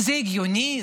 זה הגיוני?